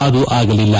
ಅದು ಆಗಲಿಲ್ಲ